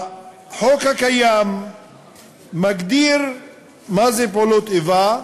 החוק הקיים מגדיר מה הן פעולות איבה.